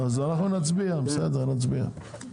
אז בסדר, נצביע.